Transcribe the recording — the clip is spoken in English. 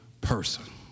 person